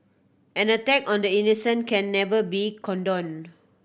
an attack on the innocent can never be condoned